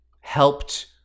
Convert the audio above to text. helped